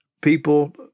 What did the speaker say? people